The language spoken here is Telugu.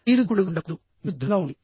మీరు దూకుడుగా ఉండకూడదు మీరు దృఢంగా ఉండాలి